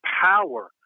power